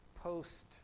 post